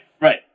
right